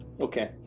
Okay